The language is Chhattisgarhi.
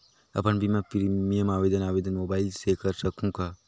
अपन बीमा प्रीमियम आवेदन आवेदन मोबाइल से कर सकहुं का?